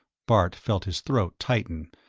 bart felt his throat tighten,